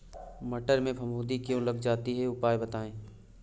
मटर में फफूंदी क्यो लग जाती है उपाय बताएं?